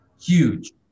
huge